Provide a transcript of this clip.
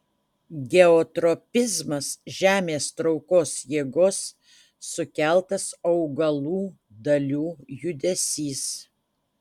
geotropizmas žemės traukos jėgos sukeltas augalų dalių judesys